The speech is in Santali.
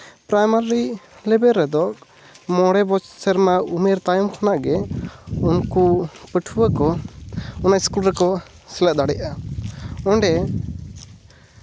ᱯᱨᱟᱭᱢᱟᱨᱤ ᱞᱮᱵᱮᱞ ᱨᱮᱫᱚ ᱢᱚᱬᱮ ᱥᱮᱨᱢᱟ ᱩᱢᱮᱨ ᱛᱟᱭᱚᱢ ᱠᱷᱚᱱᱟᱜ ᱜᱮ ᱩᱱᱠᱩ ᱯᱟᱹᱴᱷᱩᱣᱟᱹ ᱠᱚ ᱚᱱᱟ ᱤᱥᱠᱩᱞ ᱨᱮᱠᱚ ᱥᱮᱞᱮᱫ ᱫᱟᱲᱮᱜᱼᱟ ᱚᱸᱰᱮ